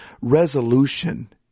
resolution